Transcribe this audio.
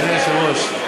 אדוני היושב-ראש,